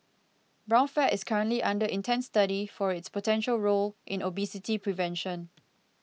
brown fat is currently under intense study for its potential role in obesity prevention